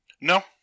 No